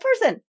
person